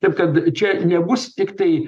taip kad čia nebus tiktai